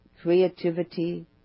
creativity